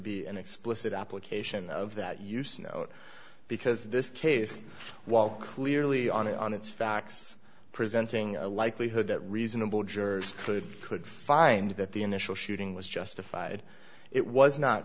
be an explicit application of that use note because this case while clearly on its facts presenting a likelihood that reasonable jurors could could find that the initial shooting was justified it was not